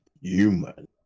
human